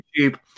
YouTube